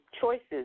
choices